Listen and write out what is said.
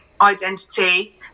identity